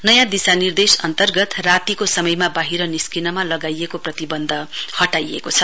नयाँ दिशानिर्देश अन्तर्गत रातीको समयमा वाहिर निस्किनमा लगाइएको प्रतिबन्ध हटाइएको छ